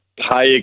Hi